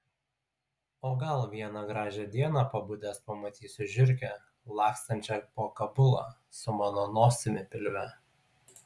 o gal vieną gražią dieną pabudęs pamatysiu žiurkę lakstančią po kabulą su mano nosimi pilve